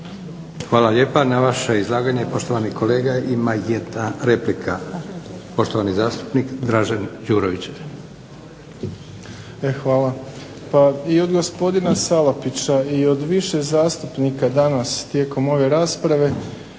Hvala lijepo. Na vaše izlaganje poštovani kolega ima jedna replika, poštovani zastupnik Dražen Đurović.